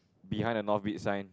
behind the mount big sign